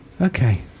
Okay